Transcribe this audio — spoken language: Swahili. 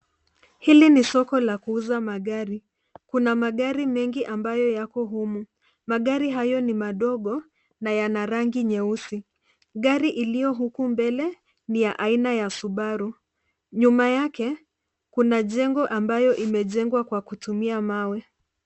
Hili ni soko la kuuza magari. Kuna magari mengi ambayo yako humu. Magari hayo ni madogo na yana rangi nyeusi. Gari iliyo huku mbele ni ya aina ya subaru. Nyuma yake kuna jengo ambayo imejengwa kwa kutumia mawe.